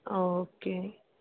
okay